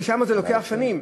ששם זה לוקח שנים,